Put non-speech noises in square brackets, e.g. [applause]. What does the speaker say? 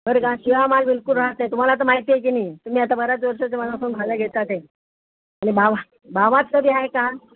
बरं का शिळा माल बिलकुल राहत नाही तुम्हाला आता माहिती आहे की नाही तुम्ही आता बऱ्याच वर्षाचे [unintelligible] भाज्या घेतात आहे आणि भावा भावात कधी आहे का